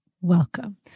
welcome